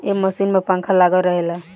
ए machine में पंखा लागल रहेला